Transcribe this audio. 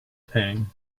pang